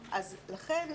ביניהן?